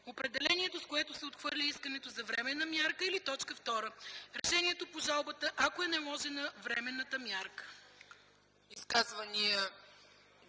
определението, с което се отхвърля искането за временна мярка, или 2. решението по жалбата, ако е наложена временната мярка.”